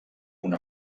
una